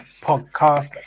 Podcast